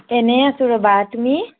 এনেই আছোঁ ৰ'বা তুমি